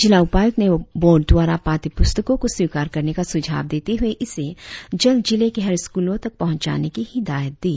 जिला उपायुक्त ने बोर्ड द्वारा पाठ्य पुस्तकों को स्वीकार करने का सुझाव देते हुए इसे जल्द जिले के हर स्कूलों तक पहुचाने की हिदायत दी